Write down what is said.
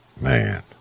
Man